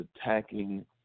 attacking